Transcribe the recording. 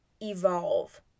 evolve